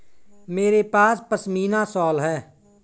मेरे पास पशमीना शॉल है